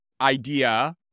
idea